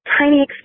tiny